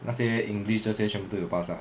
那些 english 这些全部都有 pass ah